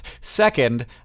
Second